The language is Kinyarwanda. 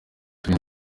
tube